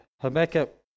Habakkuk